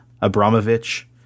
Abramovich –